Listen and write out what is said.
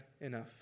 enough